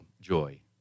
joy